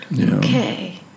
okay